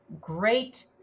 great